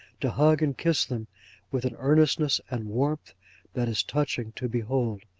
to hug and kiss them with an earnestness and warmth that is touching to behold.